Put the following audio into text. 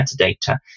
metadata